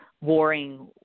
warring